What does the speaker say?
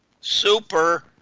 super